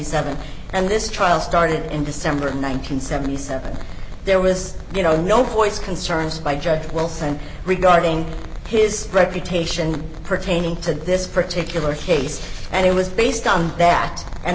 seven and this trial started in december one thousand and seventy seven there was you know no choice concerns by judge wilson regarding his reputation pertaining to this particular case and it was based on that and